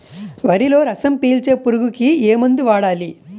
వరిలో రసం పీల్చే పురుగుకి ఏ మందు వాడాలి?